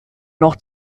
noch